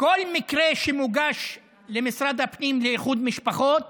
כל מקרה שמוגש למשרד הפנים לאיחוד משפחות